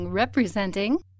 Representing